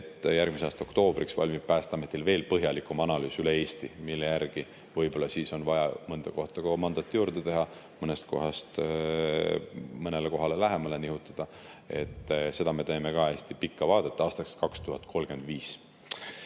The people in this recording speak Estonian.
järgmise aasta oktoobriks valmib Päästeametil veel põhjalikum analüüs terve Eesti kohta, mille järgi võib-olla on vaja mõnda kohta komando juurde teha või mõnest kohast mõnele kohale lähemale nihutada. Me teeme hästi pikka vaadet aastaks 2035.